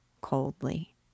coldly